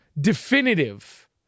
definitive